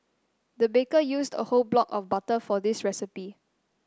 the baker used a whole block of butter for this recipe